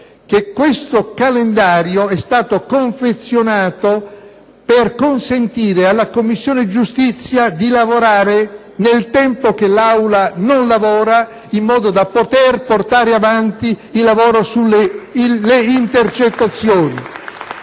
che questo calendario è stato confezionato per consentire alla Commissione giustizia di lavorare nel tempo in cui l'Aula non lavora, in modo da poter portare avanti l'esame del provvedimento sulle intercettazioni.